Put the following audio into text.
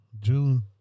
June